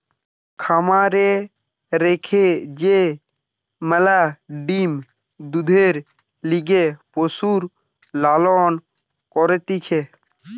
খামারে রেখে যে ম্যালা ডিম্, দুধের লিগে পশুর লালন করতিছে